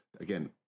again